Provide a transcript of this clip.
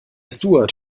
steward